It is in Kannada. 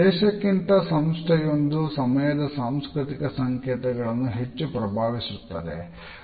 ದೇಶಕ್ಕಿಂತ ಸಂಸ್ಥೆಯೊಂದು ಸಮಯದ ಸಾಂಸ್ಕೃತಿಕ ಸಂಕೇತಗಳನ್ನು ಹೆಚ್ಚು ಪ್ರಭಾವಿಸುತ್ತದೆ